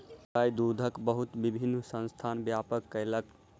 गाय दूधक बहुत विभिन्न संस्थान व्यापार कयलक